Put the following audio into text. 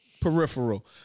peripheral